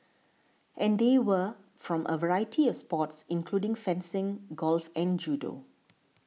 and they were from a variety of sports including fencing golf and judo